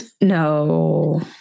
no